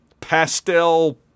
pastel